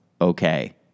okay